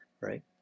right